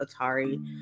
atari